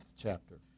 chapter